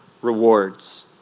rewards